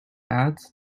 ads